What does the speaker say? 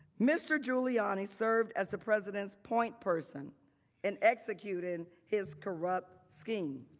mr. giuliani served as the presence point person and executed his corrupt scheme.